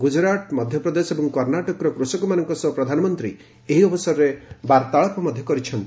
ଗୁକୁରାଟ ମଧ୍ୟପ୍ରଦେଶ ଏବଂ କର୍ଷାଟକର କୃଷକମାନଙ୍କ ସହ ପ୍ରଧାନମନ୍ତ୍ରୀ ଏହି ଅବସରରେ ବାର୍ତ୍ତାଳାପ କରିଚ୍ଛନ୍ତି